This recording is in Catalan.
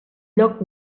lloc